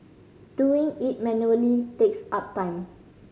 doing it manually takes up time